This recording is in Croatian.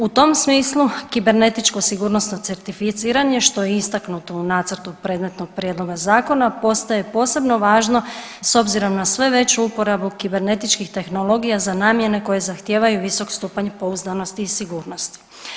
U tom smislu kibernetičko sigurnosno certificiranje, što je istaknuto u nacrtu predmetnog Prijedloga zakona postaje posebno važno s obzirom na što veću uporabu kibernetičkih tehnologija za namjene koje zahtijevaju visoki stupanj pouzdanosti i sigurnosti.